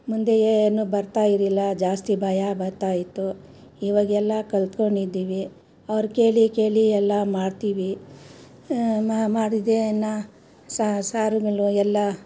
ಮುಂದೆ ಏನು ಬರ್ತಾಯಿರಿಲ್ಲ ಜಾಸ್ತಿ ಭಯ ಬರ್ತಾಯಿತ್ತು ಇವಾಗೆಲ್ಲ ಕಲಿತ್ಕೊಂಡಿದ್ದಿವಿ ಅವ್ರ್ನ ಕೇಳಿ ಕೇಳಿ ಎಲ್ಲ ಮಾಡ್ತೀವಿ ಮಾಡಿದೇನ ಸಾರಿನಲ್ಲು ಎಲ್ಲ